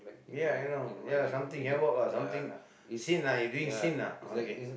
ya I know ya something havoc lah something sin ah you're doing sin lah okay